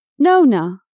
Nona